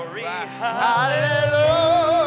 hallelujah